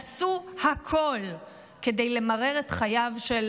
עשו הכול כדי למרר את חייו של